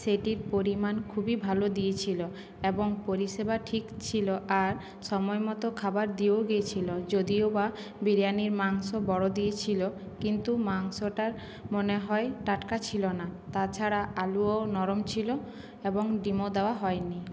সেটির পরিমাণ খুবই ভালো দিয়েছিল এবং পরিষেবা ঠিক ছিল আর সময় মতো খাবার দিয়েও গেছিল যদিও বা বিরিয়ানির মাংস বড়ো দিয়েছিল কিন্তু মাংসটা মনে হয় টাটকা ছিল না তাছাড়া আলুও নরম ছিল এবং ডিমও দেওয়া হয় নি